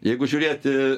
jeigu žiūrėti